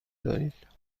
دارید